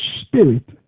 spirit